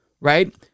Right